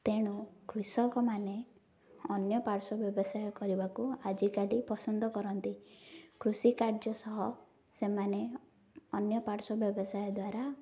ତେଣୁ କୃଷକମାନେ ଅନ୍ୟପାର୍ଶ୍ଵ ବ୍ୟବସାୟ କରିବାକୁ ଆଜିକାଲି ପସନ୍ଦ କରନ୍ତି କୃଷି କାର୍ଯ୍ୟ ସହ ସେମାନେ ଅନ୍ୟପାର୍ଶ୍ଵ ବ୍ୟବସାୟ ଦ୍ୱାରା